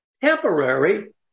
temporary